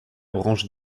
branche